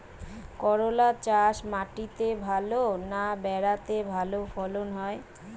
করলা চাষ মাটিতে ভালো না ভেরাতে ভালো ফলন হয়?